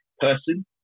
person